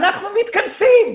אנחנו מתכנסים.